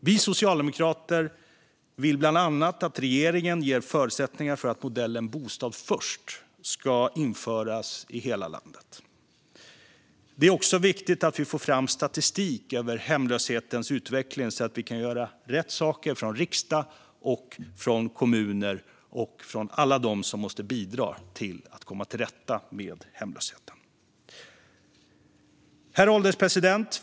Vi socialdemokrater vill bland annat att regeringen ger förutsättningar för att modellen Bostad först ska införas i hela landet. Det är också viktigt att vi får fram statistik över hemlöshetens utveckling så att vi kan göra rätt saker från riksdag, kommuner och alla dem som måste bidra för att vi ska komma till rätta med hemlösheten. Herr ålderspresident!